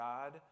God